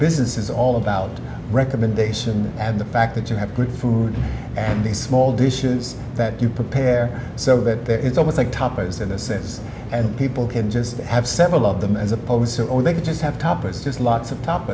business is all about recommendation and the fact that you have good food and these small dishes that you prepare so that it's almost like tapas in a sense and people can just have several of them as opposed to or they can just have tapas just lots of top